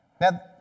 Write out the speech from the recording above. Now